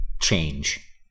change